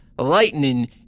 lightning